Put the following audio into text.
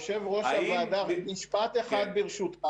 יושב ראש הוועדה, משפט אחד ברשותך.